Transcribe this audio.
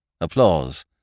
Applause